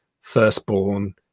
firstborn